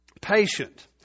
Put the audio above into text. patient